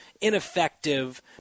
ineffective